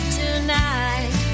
tonight